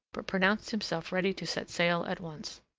but pronounced himself ready to set sail at once.